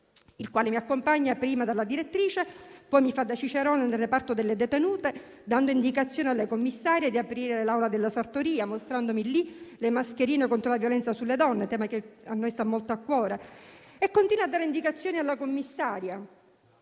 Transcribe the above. il quale mi accompagna prima dalla direttrice, poi mi fa da cicerone nel reparto delle detenute, dando indicazione alle commissarie di aprire l'aula della sartoria e mostrandomi lì le mascherine contro la violenza sulle donne, tema che a noi sta molto a cuore; continua poi a dare indicazioni alla commissaria